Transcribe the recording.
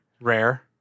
rare